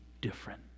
different